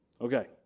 Okay